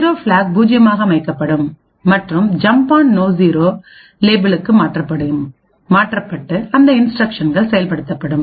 0 block பூஜ்ஜியமாக அமைக்கப்படும் மற்றும் ஜம்ப் ஆண் நோ 0 லேபிளுக்கு மாற்றப்பட்டு அந்த இன்ஸ்டிரக்ஷன்கள் செயல்படுத்தப்படும்